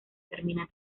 termina